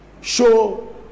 show